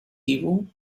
evil